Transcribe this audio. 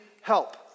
help